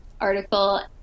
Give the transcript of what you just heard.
article